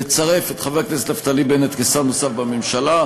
לצרף את חבר הכנסת נפתלי בנט כשר נוסף בממשלה,